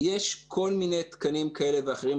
יש כל מיני תקנים כאלה ואחרים,